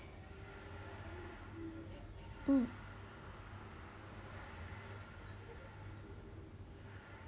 mm